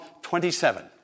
27